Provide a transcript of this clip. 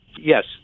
Yes